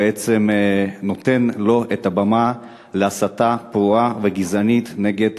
נותן לו את הבמה להסתה פרועה וגזענית נגד